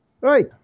Right